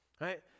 right